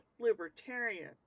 libertarian